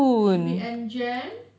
should be end jan